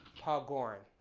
paul goren.